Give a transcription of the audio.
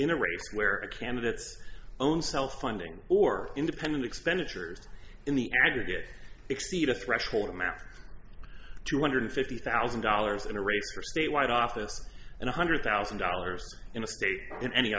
in a race where the candidates own self funding or independent expenditures in the air you get exceed a threshold amount for two hundred and fifty thousand dollars in a race for statewide office and one hundred thousand dollars in a state in any